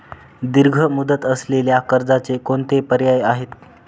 दीर्घ मुदत असलेल्या कर्जाचे कोणते पर्याय आहे?